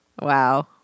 Wow